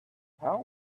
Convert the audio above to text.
how